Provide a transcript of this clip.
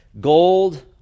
gold